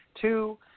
Two